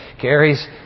Carrie's